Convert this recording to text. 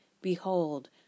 Behold